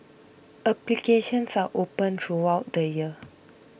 applications are open throughout the year